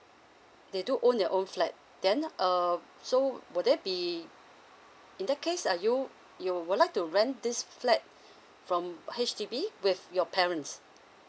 they do own their own flat then um so would that be in that case are you you would like to rent this flat from H_D_B with your parents